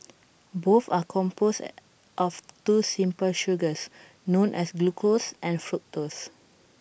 both are composed of two simple sugars known as glucose and fructose